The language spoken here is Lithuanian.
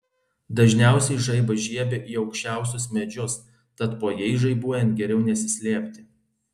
dažniausiai žaibas žiebia į aukščiausius medžius tad po jais žaibuojant geriau nesislėpti